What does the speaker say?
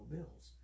Bills